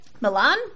milan